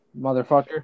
motherfucker